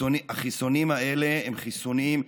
החיסונים האלה הם חיסונים,